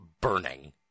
burning